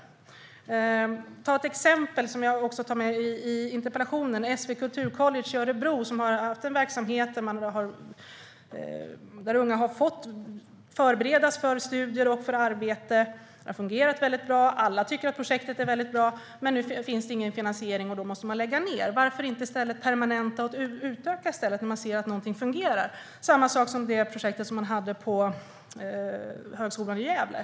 Jag tar ett exempel som jag också har med i interpellationen, nämligen SV Kulturcollege i Örebro som har haft en verksamhet där unga har fått förberedas för studier och för arbete. Det har fungerat väldigt bra. Alla tycker att projektet är väldigt bra, men nu finns det ingen finansiering och man måste lägga ned. Varför inte i stället permanenta och utöka när vi ser att någonting fungerar? Samma sak gäller det projekt som fanns på Högskolan i Gävle.